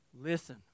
Listen